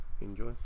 enjoy